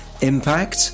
Impact